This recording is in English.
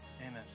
Amen